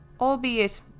albeit